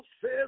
says